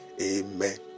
Amen